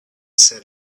said